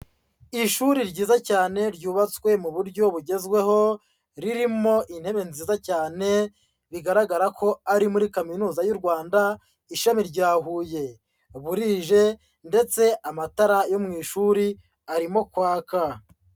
Ishuri ryiza cyane, ryubatswe mu buryo bugezweho, ririmo intebe nziza cyane, bigaragara ko ari muri kaminuza y'u rwanda, ishami rya Huye. Burije ndetse amatara yo mu ishuri arimo kwaka.